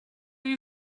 you